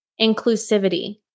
inclusivity